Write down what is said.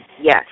Yes